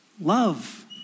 Love